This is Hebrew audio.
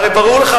הרי ברור לך,